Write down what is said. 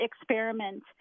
experiment